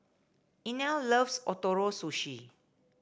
Inell loves Ootoro Sushi